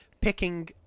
picking